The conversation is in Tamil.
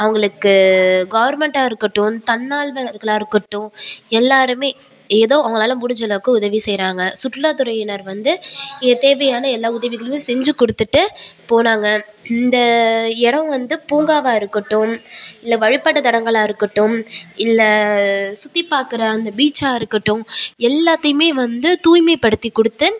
அவங்களுக்கு கவர்மெண்ட்டாக இருக்கட்டும் தன்னால்வர்களாக இருக்கட்டும் எல்லாரும் ஏதோ அவங்களால முடிஞ்சளவுக்கு உதவி செய்கிறாங்க சுற்றுலாத்துறையினர் வந்து இங்கே தேவையான எல்லா உதவிகளையும் செஞ்சி கொடுத்துட்டு போனாங்க இந்த இடம் வந்து பூங்காவாக இருக்கட்டும் இல்லை வழிப்பாட்டுத்தலங்களாக இருக்கட்டும் இல்லை சுத்திபார்க்குற அந்த பீச்சாக இருக்கட்டும் எல்லாத்தையும் வந்து தூய்மைப்படுத்தி கொடுத்து